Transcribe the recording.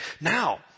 Now